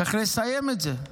צריך לסיים את זה.